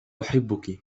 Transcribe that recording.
أحبك